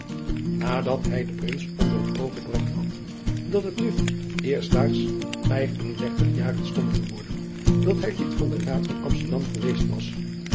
adat hij den rins onder het oog gebragt had dat het nu eerstdaags vijf en dertig jaren stond te worden dat hij lid van den aad van msterdam geweest was